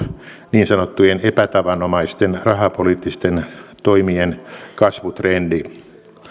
niin sanottujen epätavanomaisten rahapoliittisten toimien kasvutrendi